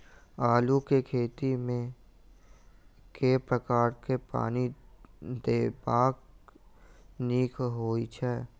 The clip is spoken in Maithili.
आलु केँ खेत मे केँ प्रकार सँ पानि देबाक नीक होइ छै?